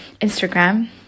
instagram